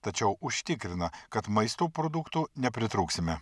tačiau užtikrino kad maisto produktų nepritrūksime